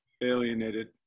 alienated